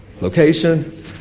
location